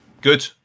Good